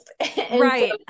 right